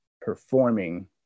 performing